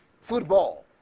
football